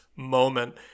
Moment